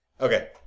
Okay